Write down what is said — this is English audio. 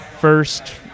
first